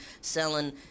selling